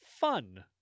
fun